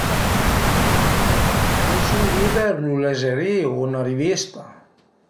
Aveisu ün liber lu lezerìu u 'na rivista